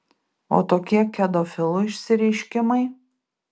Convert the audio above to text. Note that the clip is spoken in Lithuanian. o tokie kedofilų išsireiškimai